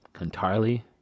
entirely